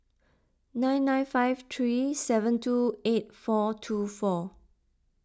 nine nine five three seven two eight four two four